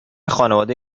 خانواده